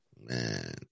man